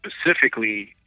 specifically